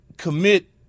commit